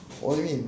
what do you mean